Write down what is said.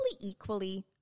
equally